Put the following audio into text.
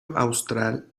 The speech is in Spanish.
austral